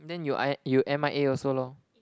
then you I you M_I_A also lor